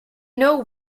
know